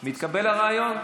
מתקבל הרעיון?